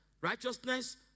righteousness